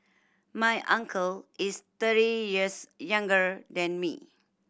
my uncle is thirty years younger than me